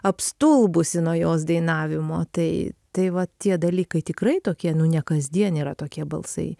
apstulbusi nuo jos dainavimo tai tai va tie dalykai tikrai tokie nu ne kasdien yra tokie balsai